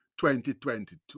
2022